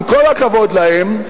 עם כל הכבוד להם,